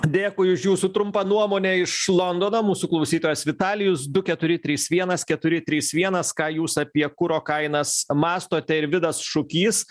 dėkui už jūsų trumpą nuomonę iš londono mūsų klausytojas vitalijus du keturi trys vienas keturi trys vienas ką jūs apie kuro kainas mąstote ir vidas šukys